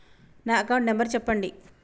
నా account number చెప్పండి?